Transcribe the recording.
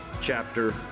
chapter